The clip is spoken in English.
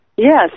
Yes